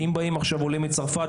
אם באים עכשיו עולים מצרפת,